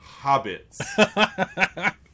Hobbits